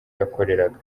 yakoreraga